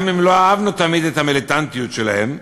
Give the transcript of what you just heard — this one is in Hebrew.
גם אם לא אהבנו תמיד את המיליטנטיות שלהם,